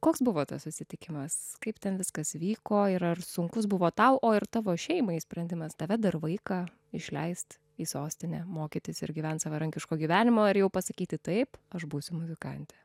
koks buvo tas susitikimas kaip ten viskas vyko ir ar sunkus buvo tau o ir tavo šeimai sprendimas tave dar vaiką išleist į sostinę mokytis ir gyvent savarankiško gyvenimo ir jau pasakyti taip aš būsiu muzikantė